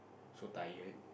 so tired